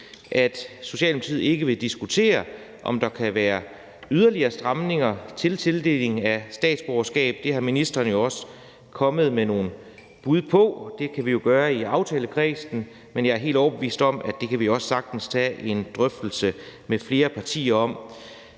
at Socialdemokratiet ikke vil diskutere, om der kan være yderligere stramninger af tildelingen af statsborgerskab. Det er ministeren jo også kommet med nogle bud på. Det kan vi gøre i aftalekredsen, men jeg er helt overbevist om, at det kan vi også sagtens tage en drøftelse med flere partier om.